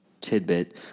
tidbit